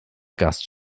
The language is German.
gast